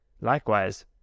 Likewise